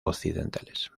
occidentales